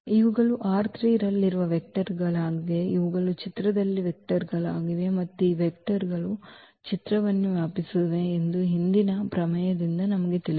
ಇವುಗಳು ರಲ್ಲಿರುವ ವೆಕ್ಟರ್ಗಳಾಗಿವೆ ಇವುಗಳು ಚಿತ್ರದಲ್ಲಿ ವೆಕ್ಟರ್ಗಳಾಗಿವೆ ಮತ್ತು ಈ ವೆಕ್ಟರ್ಗಳು ಈ ವೆಕ್ಟರ್ಗಳು ಚಿತ್ರವನ್ನು ವ್ಯಾಪಿಸುತ್ತವೆ ಎಂದು ಹಿಂದಿನ ಪ್ರಮೇಯದಿಂದ ನಮಗೆ ತಿಳಿದಿದೆ